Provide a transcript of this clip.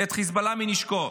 את חיזבאללה מנשקו.